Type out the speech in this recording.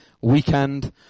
weekend